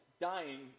Dying